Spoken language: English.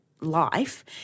life